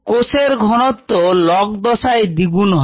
কোষের ঘনত্ব log দশায় দ্বিগুণ হয়